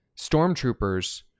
stormtroopers